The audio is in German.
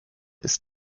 ist